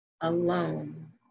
alone